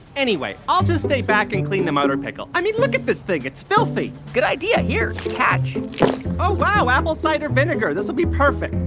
anyway, i'll just stay back and clean the motor pickle. i mean, look at this thing it's filthy good idea. here, catch oh, wow apple cider vinegar. this will be perfect.